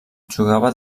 jugava